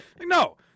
No